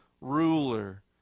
ruler